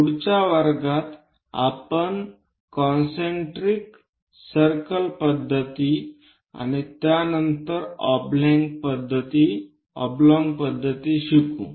पुढच्या वर्गात आपण कॉन्सन्ट्रीक सरकलं पद्धती आणि त्यानंतर ऑबलॉंग पध्दती शिकू